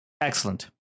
Excellent